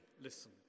listen